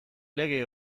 lege